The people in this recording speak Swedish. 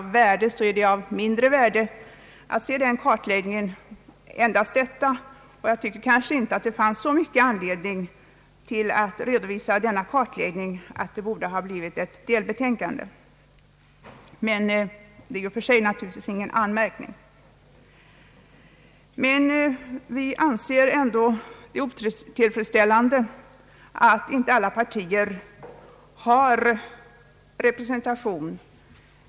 Även om en sådan kartläggning är av värde, tycker jag inte att det finns så stor anledning att redovisa den i ett delbetänkande, men vad jag här anfört är Vi anser emellertid att det är otillfredsställande att inte alla partier har representation i kommittén.